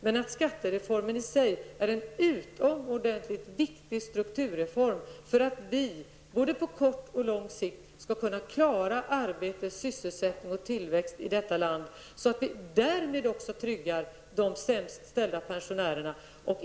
Men skattereformen är ändå en utomordentligt viktig strukturreform för att vi både på kort och på lång sikt skall kunna klara arbete, sysselsättning och tillväxt i detta land. Därmed skapar vi också trygghet för de sämst ställda pensionärerna.